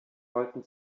wollten